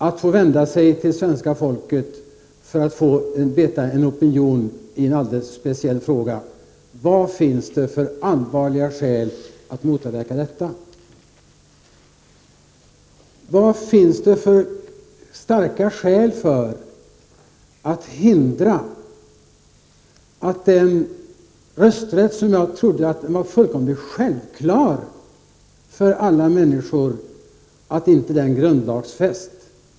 Vilka allvarliga skäl finns det att motarbeta att man får vända sig till svenska folket för att få reda på opinionen i en alldeles speciell fråga? Vad finns det för starka skäl för att hindra att den rösträtt som jag trodde var fullkomligt självklar för alla människor grundlagsfästs?